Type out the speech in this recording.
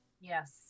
Yes